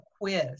quiz